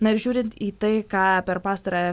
na žiūrint į tai ką per pastarąją